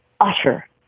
utter